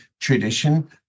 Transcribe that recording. tradition